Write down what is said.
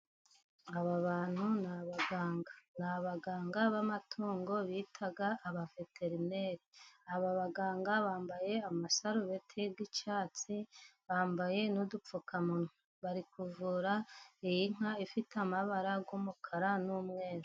Aba bantu ni abaganga. Ni abaganga b'amatungo bita Abaveterineri, aba baganga bambaye amasarubeti y'icyatsi. Bambaye n'udupfukamunwa. Bari kuvura iyi nka ifite amabara y'umukara n'umweru.